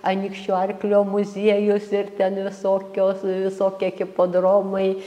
anykščių arklio muziejus ir ten visokios visokie hipodromai